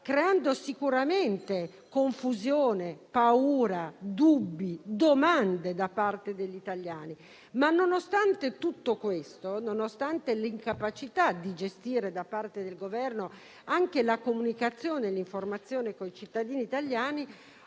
creando sicuramente confusione, paura, dubbi e domande da parte degli italiani. Nonostante tutto questo, però, nonostante l'incapacità, da parte del Governo, di gestire anche la comunicazione e l'informazione coi cittadini italiani,